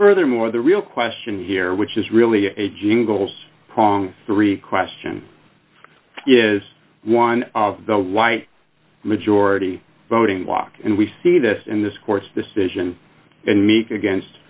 furthermore the real question here which is really a jingle prong three question is one of the white majority voting block and we see this in this court's decision in meat against